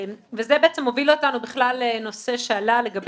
זה בעצם מוביל אותנו לנושא שעלה לגבי